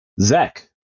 Zach